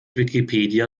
wikipedia